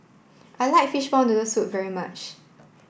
I like fishball noodle soup very much